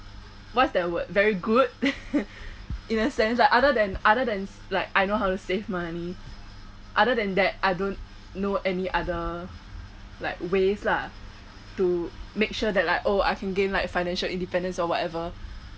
what's that word very good in a sense like other than other than like I know how to save money other than that I don't know any other like ways lah to make sure that like I can gain like financial independence or whatever